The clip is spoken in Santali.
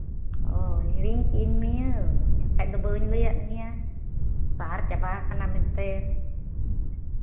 ᱦᱳᱭ ᱦᱤᱲᱤᱧ ᱠᱮᱫ ᱢᱮᱭᱟᱹᱧ ᱮᱱᱠᱷᱟᱡ ᱫᱚ ᱵᱟᱹᱧ ᱞᱟᱹᱭᱟᱫ ᱢᱮᱭᱟ ᱥᱟᱦᱟᱨ ᱪᱟᱵᱟ ᱠᱟᱱᱟ ᱢᱮᱱᱛᱮ